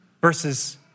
versus